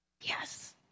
Yes